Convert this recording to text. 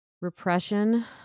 repression